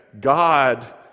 God